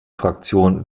fraktion